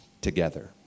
together